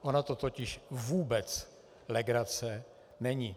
Ona to totiž vůbec legrace není.